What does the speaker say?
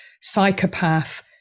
psychopath